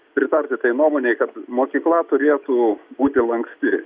pritarti tai nuomonei kad mokykla turėtų būti lanksti